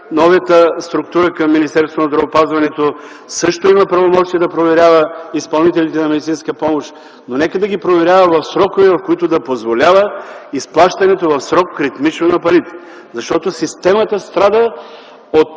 новата структура към Министерството на здравеопазването също има правомощия на проверява изпълнителите на медицинска помощ, но не нека да ги проверяват в срокове, които да позволяват изплащането в срок, ритмично на парите, защото системата страда от